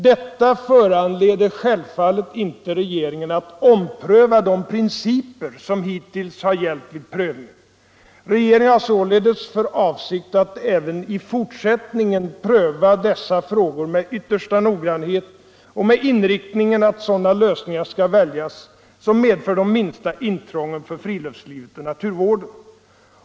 Detta föranleder självfallet inte regeringen att ompröva de principer som hittills har gällt vid prövningen. Regeringen har således för avsikt att även i fortsättningen pröva dessa frågor med yttersta noggrannhet och med inriktningen att sådana lösningar skall väljas som medför de minsta intrången för friluftslivet och naturvården.